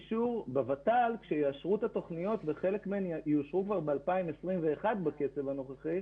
עת יאשרו את התוכניות וחלק מהן יאשרו ב-2021 בקצב הנוכחי,